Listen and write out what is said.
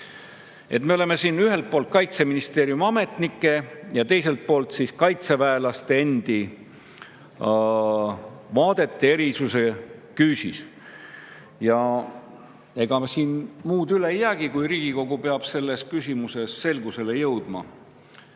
Me oleme siin ühelt poolt Kaitseministeeriumi ametnike ja teiselt poolt kaitseväelaste endi vaadete erinevuste küüsis. Ega muud üle ei jäägi, kui Riigikogu peab selles küsimuses selgusele jõudma.